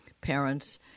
parents